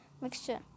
Mixture